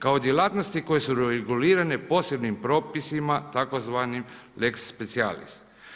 Kao djelatnosti koje su regulirane posebnim propisima tzv. lex spcijalist.